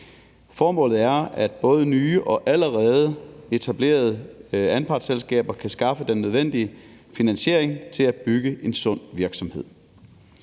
Formålet er, at både nye og allerede etablerede anpartsselskaber kan skaffe den nødvendige finansiering til at bygge en sund virksomhed.